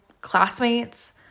classmates